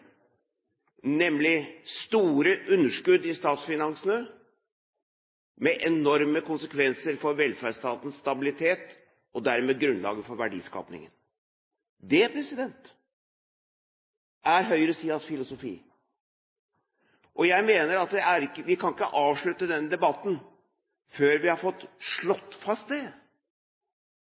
nemlig store underskudd i statsfinansene, med enorme konsekvenser for velferdsstatens stabilitet, og dermed grunnlaget for verdiskapingen. Det er høyresidens filosofi, og jeg mener vi ikke kan avslutte denne debatten før vi har fått slått fast det.